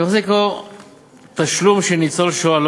אני מחזיק פה תשלום של ניצול שואה,